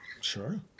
Sure